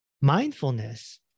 Mindfulness